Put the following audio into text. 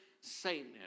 Satan